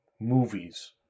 movies